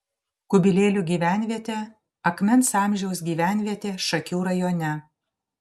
kubilėlių gyvenvietė akmens amžiaus gyvenvietė šakių rajone